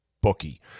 Bookie